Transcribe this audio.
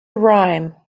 rhyme